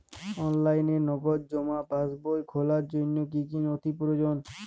অনলাইনে নগদ জমা পাসবই খোলার জন্য কী কী নথি প্রয়োজন?